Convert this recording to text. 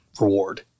reward